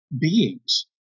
beings